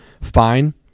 fine